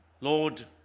Lord